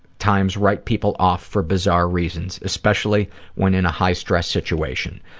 times write people off for bizarre reasons especially when in a high-stress situation.